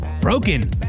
Broken